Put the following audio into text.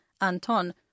Anton